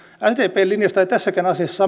sdpn linjasta ei tässäkään asiassa